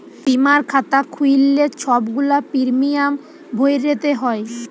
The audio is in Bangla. বীমার খাতা খ্যুইল্লে ছব গুলা পিরমিয়াম ভ্যইরতে হ্যয়